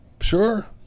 Sure